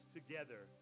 together